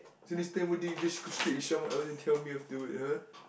so next time why do you just sleep sleep with someone else then tell me afterward !huh!